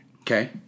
Okay